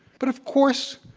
but, of course,